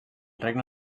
regne